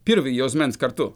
pirvai juosmens kartu